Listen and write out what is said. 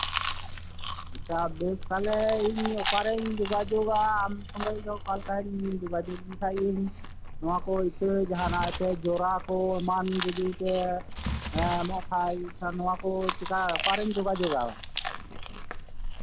ᱛᱟᱦᱚᱞᱮ ᱤᱧ ᱚᱠᱟᱨᱤᱧ ᱡᱳᱜᱟᱡᱳᱜ ᱼᱟ ᱟᱢ ᱥᱚᱝᱜᱮ ᱫᱚ ᱚᱠᱟ ᱞᱮᱠᱟᱧ ᱡᱳᱜᱟᱡᱳᱜ ᱞᱮᱠᱷᱟᱱ ᱤᱧ ᱱᱚᱣᱟ ᱠᱚ ᱤᱛᱟᱹ ᱡᱚᱨᱟ ᱠᱚ ᱮᱢᱟᱱ ᱡᱚᱫᱤ ᱮᱢᱚᱜ ᱠᱷᱟᱡ ᱱᱚᱣᱟ ᱠᱚ ᱚᱠᱟᱨᱤᱧ ᱡᱳᱜᱟᱡᱳᱜᱟ